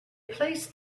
placed